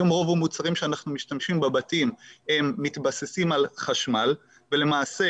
היום רוב המוצרים שאנחנו משתמשים בבתים מתבססים על חשמל ולמעשה